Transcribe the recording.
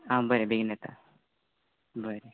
आं बरें बेगीन येता बरें